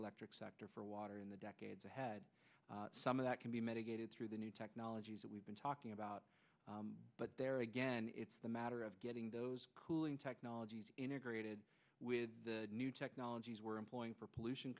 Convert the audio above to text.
electric sector for water in the decades ahead some of that can be mitigated through the new technologies that we've been talking about but there again it's the matter of getting those cooling technologies integrated with the new technologies we're employing for pollution